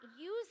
use